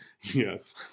yes